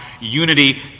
unity